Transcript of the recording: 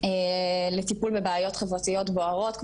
לטיפול בבעיות חברתיות בוערות,